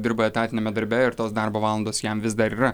dirba etatiniame darbe ir tos darbo valandos jam vis dar yra